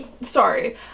Sorry